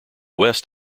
west